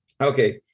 okay